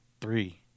three